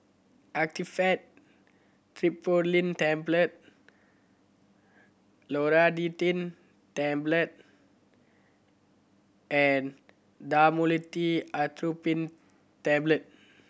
Actifed Triprolidine Tablet Loratadine Tablet and Dhamotil Atropine Tablet